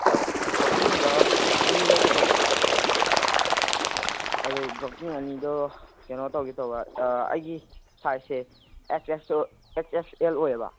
ꯑꯣ ꯖꯣꯀꯤꯡꯗ ꯑꯅꯤ ꯂꯧꯒꯦ ꯇꯧꯕ ꯑꯗꯨ ꯖꯣꯀꯤꯡ ꯑꯅꯤꯗꯣ ꯀꯩꯅꯣ ꯇꯧꯒꯦ ꯇꯧꯕ ꯑꯩꯒꯤ ꯁꯥꯏꯁꯁꯦ ꯑꯦꯛꯁ ꯑꯦꯛꯁ ꯑꯦꯜ ꯑꯣꯏꯌꯦꯕ